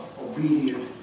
obedient